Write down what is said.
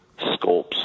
sculpts